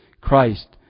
Christ